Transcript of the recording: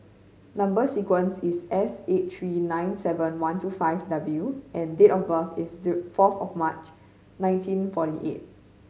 number sequence is S eight three nine seven one two five W and date of birth is fourth of March nineteen forty eight